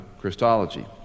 Christology